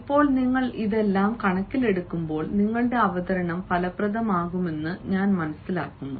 ഇപ്പോൾ നിങ്ങൾ ഇതെല്ലാം കണക്കിലെടുക്കുമ്പോൾ നിങ്ങളുടെ അവതരണം ഫലപ്രദമാകുമെന്ന് ഞാൻ മനസ്സിലാക്കുന്നു